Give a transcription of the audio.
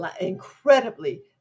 incredibly